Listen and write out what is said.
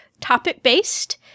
topic-based